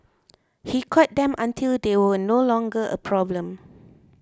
he caught them until they were no longer a problem